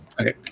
Okay